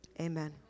Amen